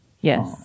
yes